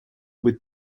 быть